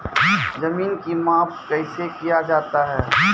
जमीन की माप कैसे किया जाता हैं?